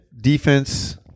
defense